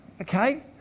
Okay